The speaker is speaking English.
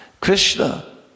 Krishna